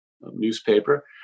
newspaper